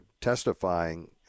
testifying